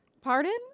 Pardon